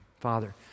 Father